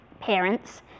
parents